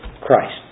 Christ